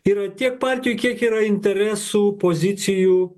yra tiek partijų kiek yra interesų pozicijų